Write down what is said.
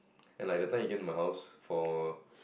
and at the time he came to my house for